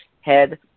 head